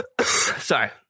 Sorry